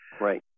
Right